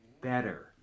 better